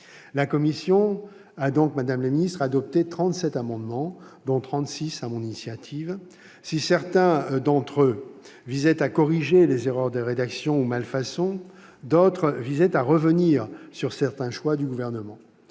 la commission a adopté trente-sept amendements, dont trente-six sur mon initiative. Si certains d'entre eux tendaient à corriger des erreurs de rédaction ou des malfaçons, d'autres visaient à revenir sur certains choix du Gouvernement.